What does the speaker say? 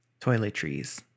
toiletries